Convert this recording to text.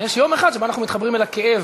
ויש יום אחד שבו אנחנו מתחברים אל הכאב,